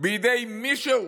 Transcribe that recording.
בידי מישהו